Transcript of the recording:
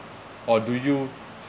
or do you